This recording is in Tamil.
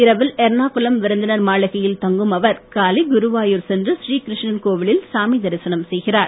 இரவில் எர்ணாகுளம் விருந்தினர் மாளிகையில் தங்கும் அவர் காலை குருவாயூர் சென்று ஸ்ரீகிருஷ்ணன் கோவிலில் சாமி தரிசனம் செய்கிறார்